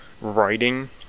writing